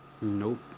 Nope